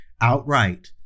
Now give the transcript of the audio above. outright